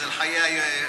זה על חיי היום-יום.